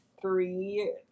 three